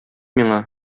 миңа